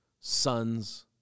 sons